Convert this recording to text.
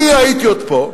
אני הייתי עוד פה,